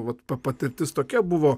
vat pa patirtis tokia buvo